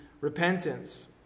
repentance